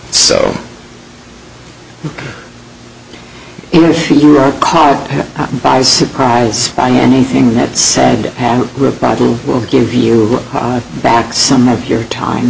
so if you are caught by surprise on anything that said we'll give you back some of your time